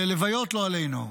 ללוויות, לא עלינו,